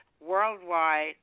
worldwide